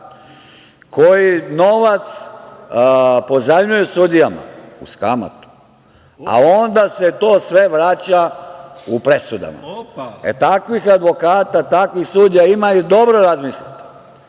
koji novac pozajmljuju sudijama uz kamatu, a onda se sve to vraća, u presudama. Takvih advokata, takvih sudija ima. Dobro razmislite,